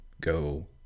go